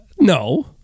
No